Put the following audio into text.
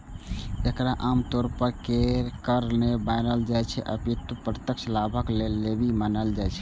एकरा आम तौर पर कर नै मानल जाइ छै, अपितु प्रत्यक्ष लाभक लेल लेवी मानल जाइ छै